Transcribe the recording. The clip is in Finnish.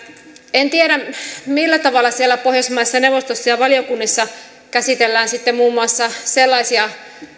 en tiedä millä tavalla siellä pohjoismaiden neuvostossa ja ja valiokunnissa käsitellään sitten muun muassa sellaisia